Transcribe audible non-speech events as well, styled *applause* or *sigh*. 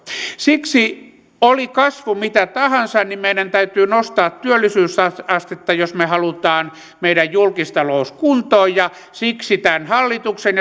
siksi oli kasvu mitä tahansa meidän täytyy nostaa työllisyysastetta jos me haluamme meidän julkistaloutemme kuntoon ja siksi tämän hallituksen *unintelligible*